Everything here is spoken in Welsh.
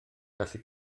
gallu